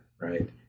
Right